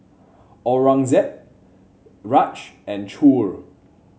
Aurangzeb Raj and Choor